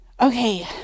Okay